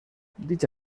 dicha